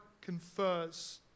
confers